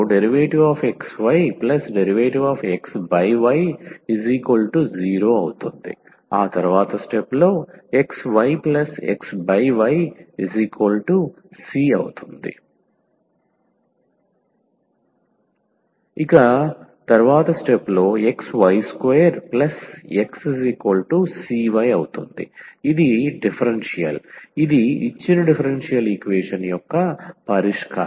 ⟹dxydxy0 ⟹xyxyc ⟹xy2xcy ఇది డిఫరెన్షియల్ ఇది ఇచ్చిన డిఫరెన్షియల్ ఈక్వేషన్ యొక్క పరిష్కారం